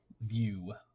view